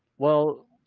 well,